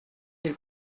del